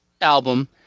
album